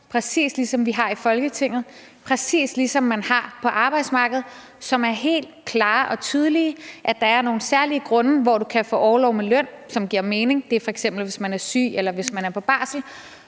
præcis ligesom vi har det i Folketinget, præcis ligesom man har det på arbejdsmarkedet, som er helt klare og tydelige: at der er nogle særlige grunde, hvor du kan få orlov med løn, som giver mening – det er f.eks., hvis man er syg eller hvis man er på barsel